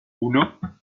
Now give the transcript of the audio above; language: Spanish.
uno